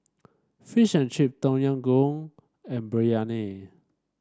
Fish and Chip Tom Yam Goong and Biryani